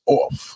off